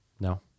no